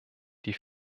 die